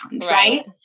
right